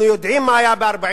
אנחנו יודעים מה היה ב-1948,